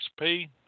XP